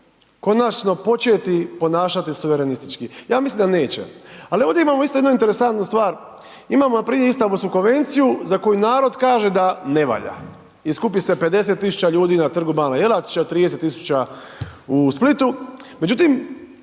konačno početi ponašati suverenistički? Ja mislim da neće, ali ovdje imamo isto jednu interesantnu stvar, imamo npr. Istambulsku konvenciju za koju narod kaže da ne valja i skupi se 50 000 ljudi na Trgu bana Jelačića, 30 000 u Splitu,